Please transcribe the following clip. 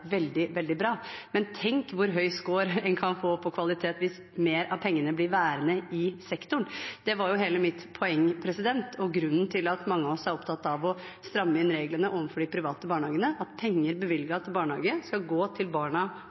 veldig, veldig bra, men tenk hvor høy score en kan få på kvalitet hvis mer av pengene blir værende i sektoren. Det var jo hele mitt poeng – og grunnen til at mange av oss er opptatt av å stramme inn reglene overfor de private barnehagene – at penger bevilget til barnehage skal gå til barna